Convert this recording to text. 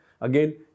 again